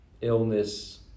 illness